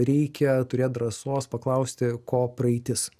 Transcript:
reikia turėt drąsos paklausti ko praeitis